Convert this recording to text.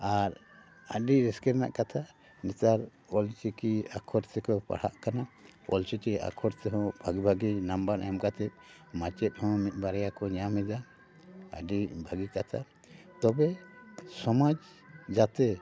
ᱟᱨ ᱟᱹᱰᱤ ᱨᱟᱹᱥᱠᱟ ᱨᱮᱱᱟᱜ ᱠᱟᱛᱷᱟ ᱱᱮᱛᱟᱨ ᱚᱞ ᱪᱤᱠᱤ ᱟᱠᱷᱚᱨ ᱛᱮᱠᱚ ᱯᱟᱲᱦᱟᱜ ᱠᱟᱱᱟ ᱚᱞ ᱪᱤᱠᱤ ᱟᱠᱷᱚᱨ ᱛᱮᱦᱚᱸ ᱵᱷᱟᱹᱜᱤ ᱱᱟᱢᱵᱟᱨ ᱮᱢ ᱠᱟᱛᱮ ᱢᱟᱪᱮᱫ ᱦᱚᱸ ᱢᱤᱫ ᱵᱟᱨᱭᱟ ᱠᱚ ᱧᱟᱢ ᱮᱫᱟ ᱟᱹᱰᱤ ᱵᱷᱟᱹᱜᱤ ᱠᱟᱛᱷᱟ ᱛᱚᱵᱮ ᱥᱚᱢᱟᱡ ᱡᱟᱛᱮ